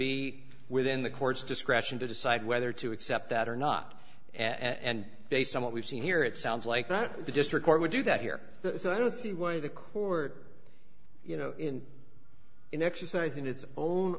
be within the court's discretion to decide whether to accept that or not and based on what we've seen here it sounds like that the district court would do that here so i don't see why the court you know in in exercising its own